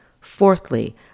Fourthly